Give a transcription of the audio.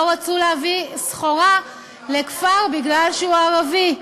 לא רצו להביא סחורה לכפר כי הוא ערבי.